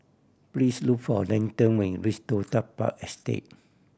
please look for Denton when you reach Toh Tuck Park Estate